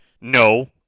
No